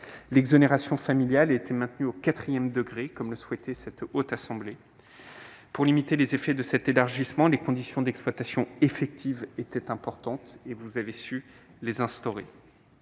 L'exonération familiale a été maintenue au quatrième degré, comme le souhaitait la Haute Assemblée. Pour limiter les effets de cet élargissement, les conditions d'exploitations effectives étaient importantes ; vous avez su les instaurer.